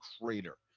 crater